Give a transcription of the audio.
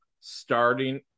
Starting